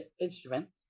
instrument